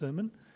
sermon